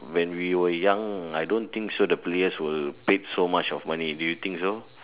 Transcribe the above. when we were young I don't think so the players were paid so much of money do you think so